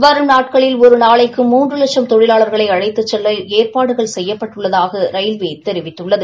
வரும் நாட்களில் ஒரு நாளைக்கு மூன்று வட்சம் தொழிலாளா்களை அழழத்துச் செல்ல ஏற்பாடுகள் செய்யப்பட்டுள்ளதாக ரயில்வே தெரிவித்துள்ளது